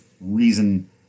reason